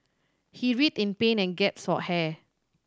he writhed in pain and gasped for air